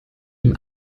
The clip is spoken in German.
ihm